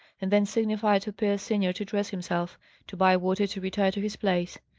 and then signified to pierce senior to dress himself to bywater to retire to his place.